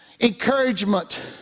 encouragement